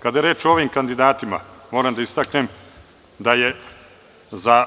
Kada je reč o ovim kandidatima moram da istaknem da je za